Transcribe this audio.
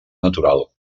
natural